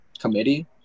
committee